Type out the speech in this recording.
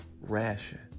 ration